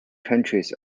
countries